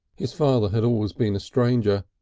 his father had always been a stranger,